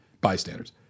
bystanders